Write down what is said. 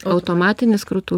automatinis krūtų